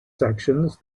sections